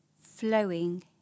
flowing